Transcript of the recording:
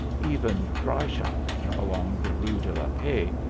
even dry shopping along the rue de la paix,